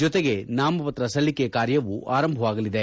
ಜತೆಗೆ ನಾಮಪತ್ರ ಸಲ್ಲಿಕೆ ಕಾರ್ಯವೂ ಆರಂಭವಾಗಲಿದೆ